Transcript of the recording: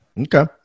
Okay